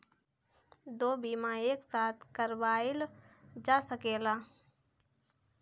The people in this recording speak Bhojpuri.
दो बीमा एक साथ करवाईल जा सकेला?